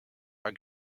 are